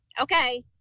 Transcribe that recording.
okay